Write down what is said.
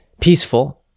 peaceful